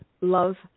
love